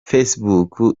facebook